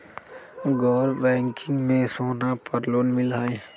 गैर बैंकिंग में सोना पर लोन मिलहई?